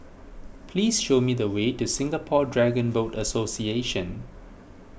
please show me the way to Singapore Dragon Boat Association